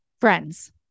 Friends